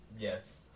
Yes